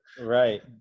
Right